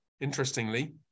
Interestingly